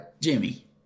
Jimmy